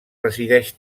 resideix